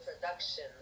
production